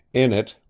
in it,